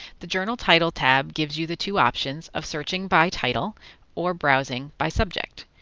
the journal title tab gives you the two options of searching by title or browsing by subject.